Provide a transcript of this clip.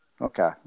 Okay